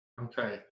Okay